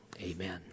amen